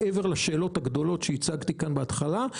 מעבר לשאלות הגדולות שהצגתי כאן בהתחלה,